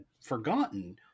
forgotten